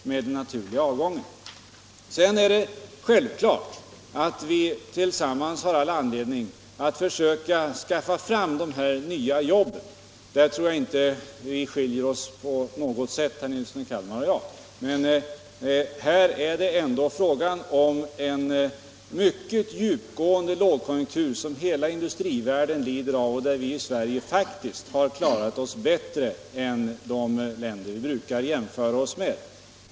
Det är självklart att vi tillsammans har all anledning att försöka skaffa fram de här nya jobben. Därvidlag tror jag inte att vi skiljer oss på något sätt, herr Nilsson i Kalmar och jag. Men här är det ändå fråga om en mycket djupgående lågkonjunktur, som hela industrivärlden lider av. Vi har i Sverige faktiskt klarat oss bättre än de länder vi brukar jämföra oss med.